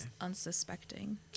Unsuspecting